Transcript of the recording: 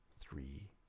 three